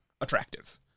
attractive